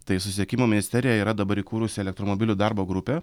tai susisiekimo ministerija yra dabar įkūrusi elektromobilių darbo grupę